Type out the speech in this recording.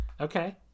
okay